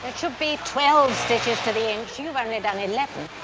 it should be twelve years to the inch, you've only done eleven.